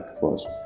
first